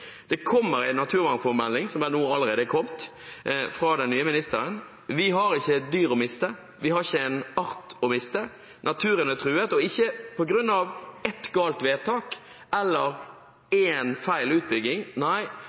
kommer en naturmangfoldmelding – ja, den er nå allerede kommet – fra den nye ministeren. Vi har ikke et dyr å miste, vi har ikke en art å miste. Naturen er truet, og ikke på grunn av ett galt vedtak eller én feil utbygging